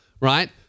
right